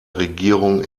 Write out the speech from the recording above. regierung